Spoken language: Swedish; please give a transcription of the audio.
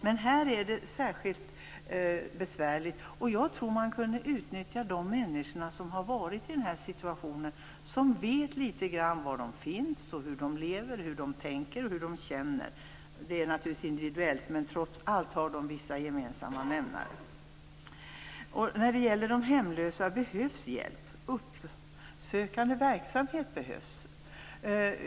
Men här är det särskilt besvärligt. Jag tror att man skulle kunna utnyttja de människor som har varit i den här situationen. De vet var de finns, hur de lever, hur de tänker och hur de känner. Det är naturligtvis individuellt, men trots allt har de vissa gemensamma nämnare. Det behövs hjälp till de hemlösa. Det behövs uppsökande verksamhet.